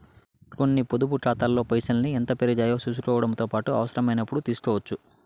కొన్ని పొదుపు కాతాల్లో పైసల్ని ఎంత పెరిగాయో సూసుకోవడముతో పాటు అవసరమైనపుడు తీస్కోవచ్చు